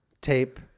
Tape